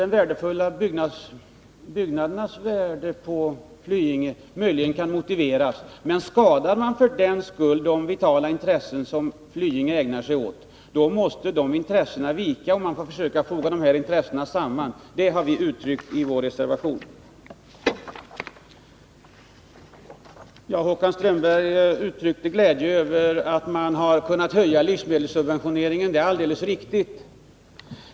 De värdefulla byggnaderna på Flyinge kan möjligen vara en motivering härvidlag. Men skadar man för den skull de vitala intressen som Flyinge är ägnat åt måste de intressena vika, och man får försöka foga intressena samman. Det har vi uttryckt i vår reservation. Håkan Strömberg uttryckte glädje över att man har kunnat höja livsmedelssubventionerna — det är alldeles riktigt.